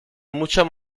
mucho